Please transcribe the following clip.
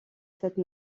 cette